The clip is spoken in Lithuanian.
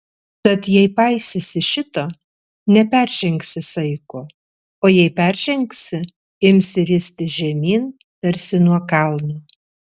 tad jei paisysi šito neperžengsi saiko o jei peržengsi imsi ristis žemyn tarsi nuo kalno